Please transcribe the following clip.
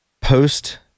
post